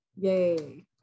Yay